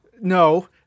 No